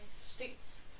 state's